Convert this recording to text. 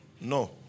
No